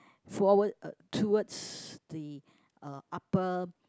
forward towards the uh upper